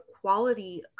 quality